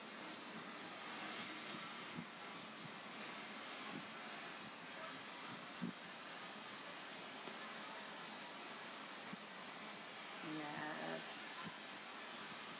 ya